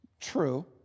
True